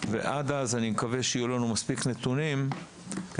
עד אז אני מקווה שיהיו לנו מספיק נתונים כדי